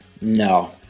No